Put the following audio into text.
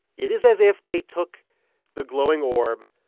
it is as if they took the glowing orb,